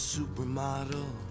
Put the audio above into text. Supermodel